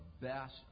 best